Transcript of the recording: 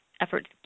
efforts